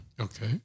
Okay